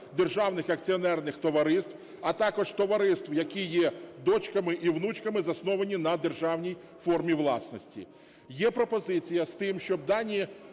державних акціонерних товариств, а також товариств, які є "дочками" і "внучками", засновані на державній формі власності. Є пропозиція з тим, щоб дані